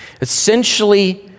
Essentially